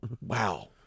Wow